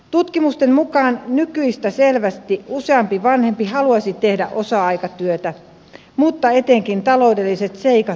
tutkimusten mukaan nykyistä selvästi useampi vanhempi haluaisi tehdä osa aikatyötä mutta etenkin taloudelliset seikat estävät sen